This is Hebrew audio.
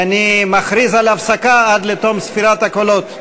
אני מכריז על הפסקה עד לתום ספירת הקולות.